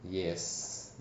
yes